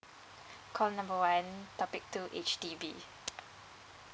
call number one topic two H_D_B